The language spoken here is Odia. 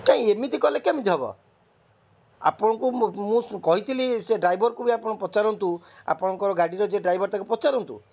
କାହିଁ ଏମିତି କଲେ କେମିତି ହବ ଆପଣଙ୍କୁ ମୁଁ ମୁଁ କହିଥିଲି ସେ ଡ୍ରାଇଭର୍କୁ ବି ଆପଣ ପଚାରନ୍ତୁ ଆପଣଙ୍କର ଗାଡ଼ିର ଯିଏ ଡ୍ରାଇଭର୍ ତାକୁ ପଚାରନ୍ତୁ